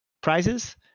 prizes